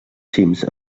cims